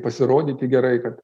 pasirodyti gerai kad